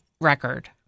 record